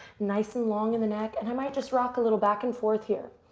nice and long in the neck. and i might just rock a little back and forth here.